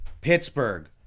Pittsburgh